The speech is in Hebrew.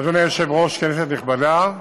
אדוני היושב-ראש, כנסת נכבדה,